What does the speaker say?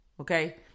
okay